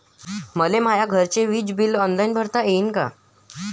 मले माया घरचे विज बिल ऑनलाईन भरता येईन का?